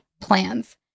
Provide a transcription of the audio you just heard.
plans